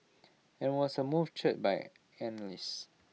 and was A move cheered by analysts